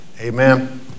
Amen